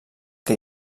que